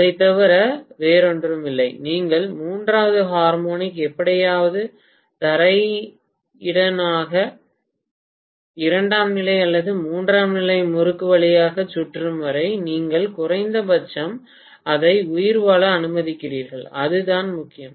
அதைத் தவிர வேறொன்றுமில்லை நீங்கள் மூன்றாவது ஹார்மோனிக் எப்படியாவது தரையினூடாக இரண்டாம் நிலை அல்லது மூன்றாம் நிலை முறுக்கு வழியாகச் சுற்றும் வரை நீங்கள் குறைந்தபட்சம் அதை உயிர்வாழ அனுமதிக்கிறீர்கள் அதுதான் முக்கியம்